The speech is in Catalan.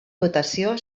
votació